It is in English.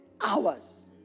hours